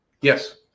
Yes